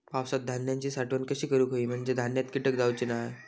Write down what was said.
पावसात धान्यांची साठवण कशी करूक होई म्हंजे धान्यात कीटक जाउचे नाय?